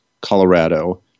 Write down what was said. Colorado